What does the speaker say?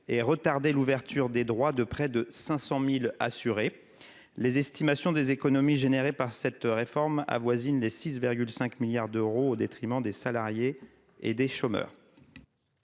et retarder l'ouverture des droits de près de 500000 assurés les estimations des économies générées par cette réforme avoisine les 6 5 milliards d'euros au détriment des salariés et des chômeurs.